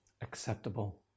acceptable